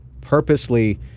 purposely